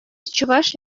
чӑваш